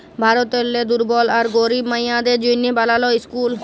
ভারতেরলে দুর্বল আর গরিব মাইয়াদের জ্যনহে বালাল ইসকুল